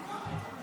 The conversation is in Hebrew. תודה רבה.